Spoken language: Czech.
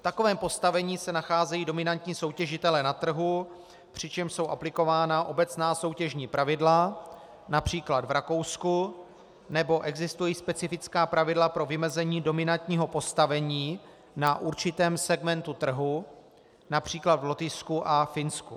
V takovém postavení se nacházejí dominantní soutěžitelé na trhu, přičemž jsou aplikována obecná soutěžní pravidla, například v Rakousku, nebo existují specifická pravidla pro vymezení dominantního postavení na určitém segmentu trhu, například v Lotyšsku a Finsku.